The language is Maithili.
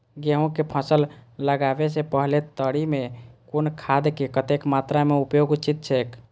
गेहूं के फसल लगाबे से पेहले तरी में कुन खादक कतेक मात्रा में उपयोग उचित छेक?